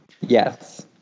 Yes